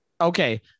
Okay